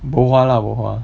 bo hua lah bo hua